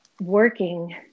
working